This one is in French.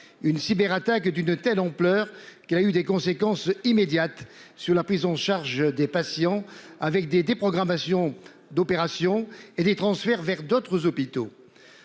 Une cyberattaque d'une telle ampleur qu'il a eu des conséquences immédiates sur la prise en charge des patients avec des déprogrammations d'opérations et des transferts vers d'autres hôpitaux.